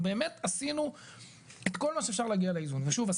באמת עשינו את כל מה שאפשר לעשות על מנת להגיע לאיזון ושוב,